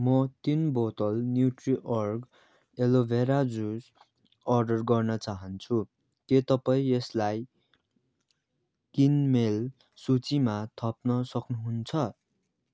म तिन बोतल न्युट्रिअर्ग एलोभेरा जुस अर्डर गर्न चाहन्छु के तपाईँ यसलाई किनमेल सूचीमा थप्न सक्नुहुन्छ